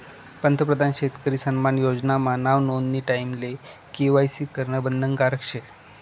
पंतप्रधान शेतकरी सन्मान योजना मा नाव नोंदानी टाईमले के.वाय.सी करनं बंधनकारक शे